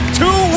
two